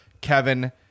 Kevin